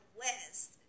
west